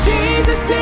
Jesus